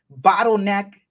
bottleneck